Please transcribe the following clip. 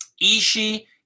Ishi